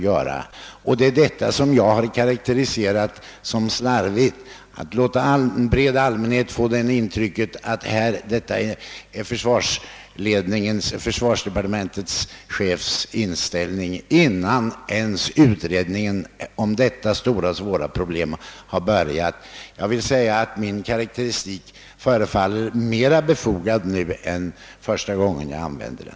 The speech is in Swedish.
Vad jag har karakteriserat som slarvigt är att man låter en bred allmänhet få intrycket att detta är den inställning chefen för försvarsdepartementet har innan utredningen av detta stora och svåra problem ens har börjat. Min karakteristik förefaller mera befogad nu än första gången jag använde den.